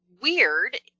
weird